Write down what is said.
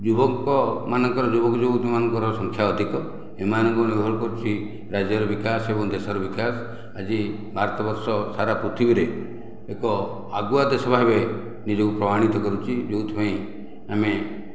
ଯୁବକମାନଙ୍କର ଯୁବକଯୁବତୀମାନଙ୍କର ସଂଖ୍ୟା ଅଧିକ ଏମାନଙ୍କ ନିର୍ଭର କରୁଛି ରାଜ୍ୟର ବିକାଶ ଏବଂ ଦେଶର ବିକାଶ ଆଜି ଭାରତ ବର୍ଷ ସାରା ପୃଥିବୀରେ ଏକ ଆଗୁଆ ଦେଶ ଭାବେ ନିଜକୁ ପ୍ରମାଣିତ କରିଛି ଯେଉଁଥିପାଇଁ ଆମେ